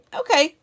okay